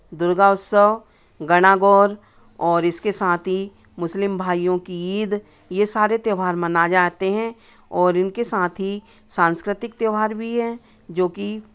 दुर्गा उत्सव गणागौर और इसके साथ ही मुस्लिम भाइयों की ईद ये सारे त्योहार मनाए जाते हैं और इनके साथ ही सांस्कृतिक त्योहार भी हैं जोकि